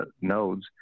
nodes